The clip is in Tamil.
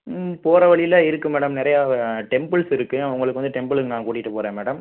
ம் போற வழில இருக்குது மேடம் நிறையா டெம்புள்ஸ் இருக்குது உங்களுக்கு வந்து டெம்புளுக்கு நான் கூட்டிகிட்டு போகிறேன் மேடம்